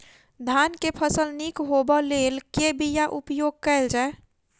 धान केँ फसल निक होब लेल केँ बीया उपयोग कैल जाय?